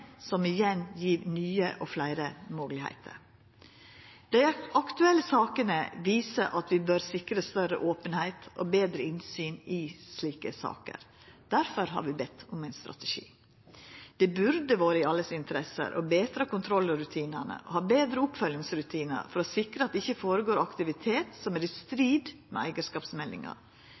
som igjen gjev nye og fleire moglegheiter. Dei aktuelle sakene viser at vi bør sikra større openheit og betre innsyn i slike saker. Difor har vi bedt om ein strategi. Alle burde ha interesse av å betra kontrollrutinane og ha betre oppfølgingsrutinar for å sikra at det ikkje går føre seg aktivitet som er i strid med eigarskapsmeldinga,